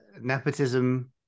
nepotism